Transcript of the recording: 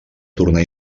tornar